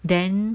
then